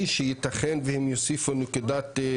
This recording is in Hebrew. שנייה אדוני, רק אני ארשום את זה, כדי שלא נשכח.